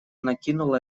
накинула